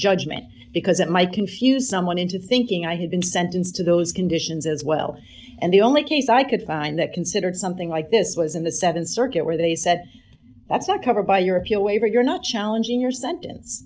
judgment because it might confuse someone into thinking i had been sentenced to those conditions as well and the only case i could find that considered something like this was in the th circuit where they said that's not covered by your appeal waiver you're not challenging your se